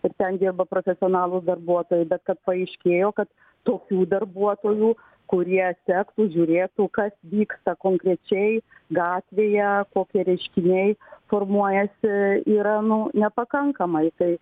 ir ten dirba profesionalūs darbuotojai bet kad paaiškėjo kad tokių darbuotojų kurie sektų žiūrėtų kas vyksta konkrečiai gatvėje kokie reiškiniai formuojasi yra nu nepakankamai tai